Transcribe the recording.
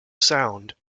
sound